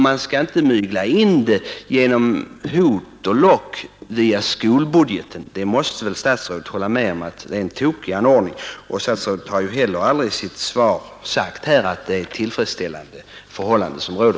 Man skall inte mygla in dem genom lock och pock via skolbudgeten. Statsrådet måste väl hålla med om att det är en tokig ordning, och han har ju heller aldrig i sitt svar sagt att de förhållanden som råder är tillfredsställande.